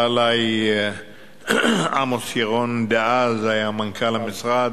בא אלי עמוס ירון, אז מנכ"ל המשרד,